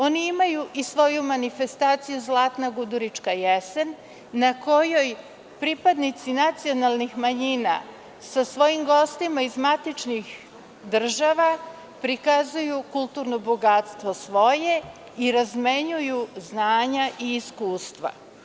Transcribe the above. Oni imaju i svoju manifestaciju – Zlatna gudurička jesen, na kojoj pripadnici nacionalnih manjina sa svojim gostima iz matičnih država prikazuju svoje kulturno bogatstvo i razmenjuju znanja i iskustva.